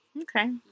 Okay